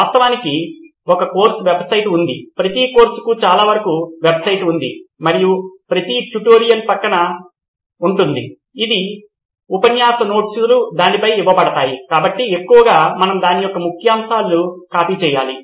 వాస్తవానికి ఒక course website ఉంది ప్రతి కోర్సుకు చాలావరకు వెబ్సైట్ ఉంది మరియు ప్రతి ట్యుటోరియల్ పక్కపక్కనే ఉంటుంది అన్ని ఉపన్యాస నోట్స్ లు దానిపై ఇవ్వబడతాయి కాబట్టి ఎక్కువగా మనం దాని యొక్క ముఖ్యాంశాలు కాపీ చేయాలి